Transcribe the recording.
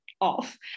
off